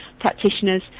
practitioners